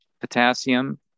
potassium